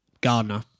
Gardner